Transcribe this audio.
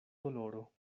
doloro